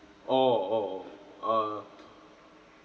orh orh orh uh